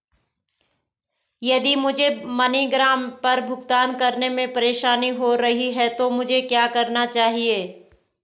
यदि मुझे मनीग्राम पर भुगतान करने में परेशानी हो रही है तो मुझे क्या करना चाहिए?